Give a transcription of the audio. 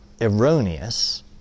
erroneous